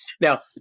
now